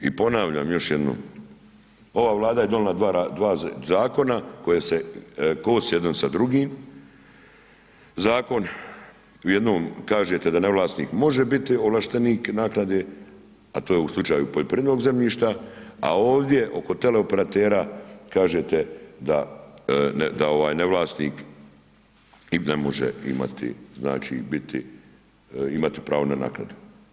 I ponavljam još jednom, ova Vlada je donijela dva zakona koje se kose jedno sa drugim, zakon u jednom kažete da ne vlasnik može biti ovlaštenik naklade a to je u slučaju poljoprivrednog zemljišta a ovdje oko teleoperatera kažete da ne vlasnik ne može imati, znači biti, imati pravo na naknadu.